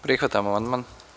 Prihvatam amandman.